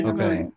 Okay